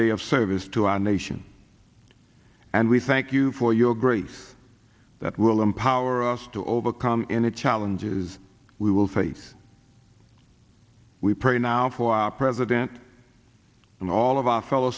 day of service to our nation and we thank you for your grace that will empower us to overcome any challenges we will face we pray now for our president and all of our fellow